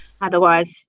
Otherwise